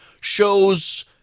shows